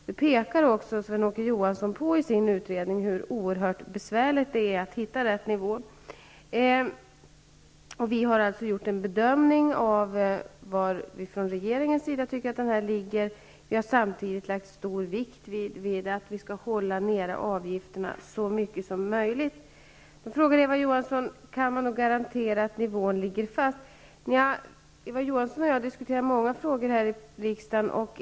Sven-Åke Johansson pekar också på i sin utredning hur oerhört svårt det är att hitta rätt nivå. Vi i regeringen har gjort en bedömning av nivån på bidraget, samtidigt som vi har lagt stor vikt vid att hålla avgifterna nere så mycket som möjligt. Eva Johansson frågar om det går att garantera att nivån kommer att bestå. Eva Johansson och jag har diskuterat många frågor här i riksdagen.